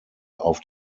auf